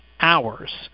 hours